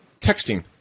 texting